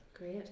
Great